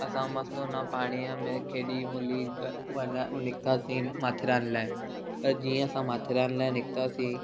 असां मस्तु हुन पाणीअ में खेॾी मूली निकितासीं माथेरान लाइ त जीअं असां माथेरान लाइ निकितासीं